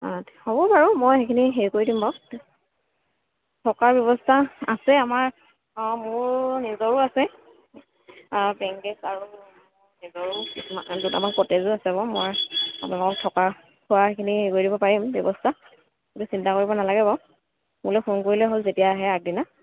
হ'ব বাৰু মই সেইখিনি হেৰি কৰি দিম বাৰু থকাৰ ব্যৱস্থা আছে আমাৰ মোৰ নিজৰো আছে পেয়িং গেষ্ট আৰু মোৰ নিজৰো দুটামান ক'টেজো আছে বাৰু মই আপোনালোকক থকা খোৱা সেইখিনি হেৰি কৰি দিব পাৰিম ব্যৱস্থা আপুনি চিন্তা কৰিব নালাগে বাৰু মোলৈ ফোন কৰিলে হ'ল যেতিয়াই আহে আগদিনা